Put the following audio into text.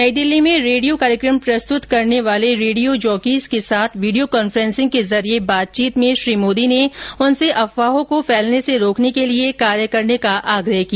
नई दिल्ली में रेडियो कार्यक्रम प्रस्तुत करने वाले रेडियो जॉकीज के साथ वीडियो कांफ्रेंसिंग के जरिये बातचीत में श्री मोदी ने उनसे अफवाहों को फैलने से रोकने के लिए कार्य करने का आग्रह किया